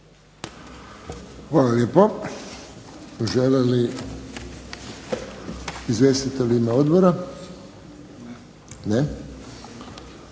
Hvala lijepo. Žele li izvjestitelji u ime odbora? Ne.